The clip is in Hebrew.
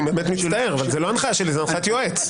זה הנחיית יועץ.